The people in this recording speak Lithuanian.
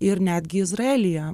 ir netgi izraelyje